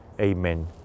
Amen